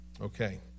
Okay